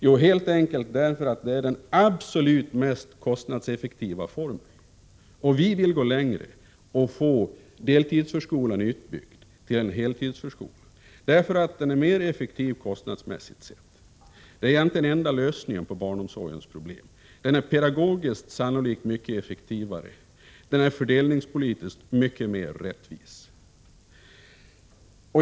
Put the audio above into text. Jo, det är helt enkelt den absolut mest kostnadseffektiva formen. Vi vill gå längre och få deltidsförskolan utbyggd till en heltidsförskola, därför att den är mer effektiv kostnadsmässigt sett. Det är egentligen den enda lösningen på barnomsorgens problem. Den är pedagogiskt sannolikt mycket effektivare. Den är fördelningspolitiskt mycket mer rättvis.